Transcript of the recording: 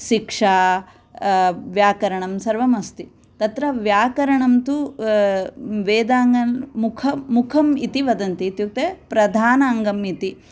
शिक्षा व्याकरणं सर्वम् अस्ति तत्र व्याकरणं तु वेदाङ्गे मुख मुखम् इति वदन्ति इत्युक्ते प्रधान अङ्गम् इति